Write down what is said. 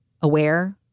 aware